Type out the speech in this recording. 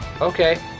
Okay